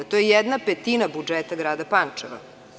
To je jedna petina budžeta grada Pančeva.